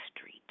Street